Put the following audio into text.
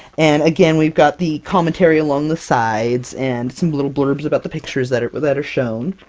and again we've got the commentary along the sides, and some little blurbs about the pictures that are that are shown.